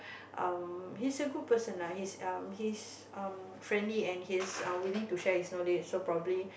um he's a good person lah he's um he's um friendly and he's uh willing to share his knowledge so probably